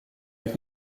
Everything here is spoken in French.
avec